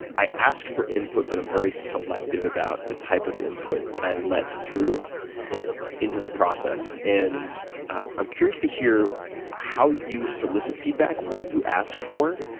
i ask for input, but i'm very selective about the type of input that i let through yeah into the process. and i'm curious to hear how you solicit feedback, what you ask for,